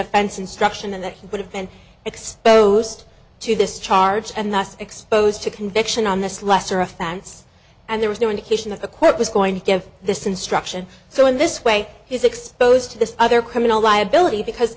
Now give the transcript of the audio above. offense instruction and that he would have been exposed to this charge and not exposed to conviction on this lesser offense and there was no indication that the court was going to give this instruction so in this way he's exposed to this other criminal